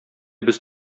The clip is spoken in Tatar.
без